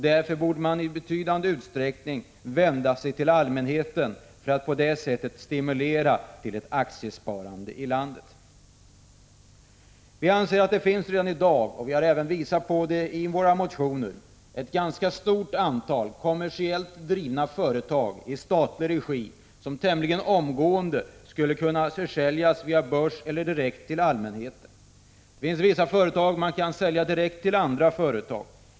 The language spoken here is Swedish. Därför borde man i betydande utsträckning vända sig till allmänheten för att på det sättet stimulera till ett aktiesparande i landet. I våra reservationer har vi redovisat att vi anser att det i dag finns ett ganska stort antal kommersiellt drivna företag i statlig regi som tämligen omgående skulle kunna försäljas via börsen eller direkt till allmänheten. Det finns vissa företag som kan säljas direkt till andra företag.